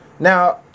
Now